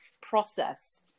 process